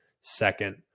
second